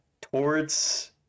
Torts